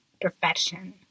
perfection